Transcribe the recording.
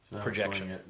Projection